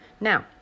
Now